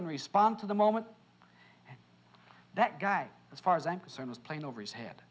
and respond to the moment that guy as far as i'm concerned was playing over his head